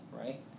right